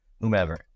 whomever